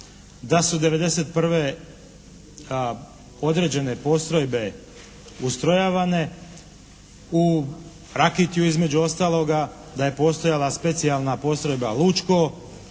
da su '91. određene postrojbe ustrojavane u Rakitju između ostaloga, da je postojala Specijalna postrojba "Lučko".